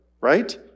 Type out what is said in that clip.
Right